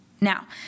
Now